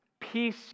peace